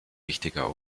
wichtiger